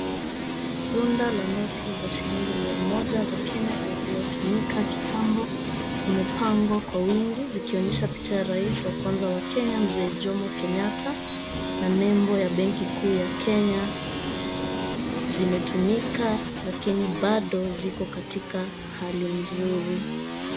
Runda la noti za shilingi mia moja za kenya iliyotumika kitambo zimepangwa kwa wingi, zikionyesha picha ya rais wa kwanza wa kenya, mzee jomo kenyatta, na nembo ya benki kuu ya kenya. Zimetumika, lakini bado ziko katika hali nzuri.